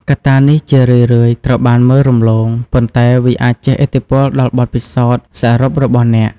កត្តានេះជារឿយៗត្រូវបានមើលរំលង ប៉ុន្តែវាអាចជះឥទ្ធិពលដល់បទពិសោធន៍សរុបរបស់អ្នក។